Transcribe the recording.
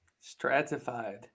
Stratified